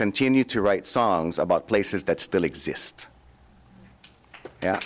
continue to write songs about places that still exist